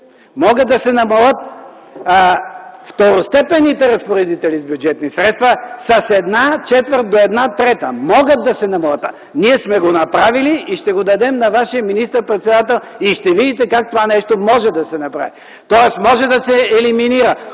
Могат да се намалят второстепенните разпоредители с бюджетни средства с една четвърт до една трета. Могат да се намалят! Ние сме го направили и ще го дадем на вашия министър-председател, и ще видите как това нещо може да се направи, тоест – може да се елиминира